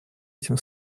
этим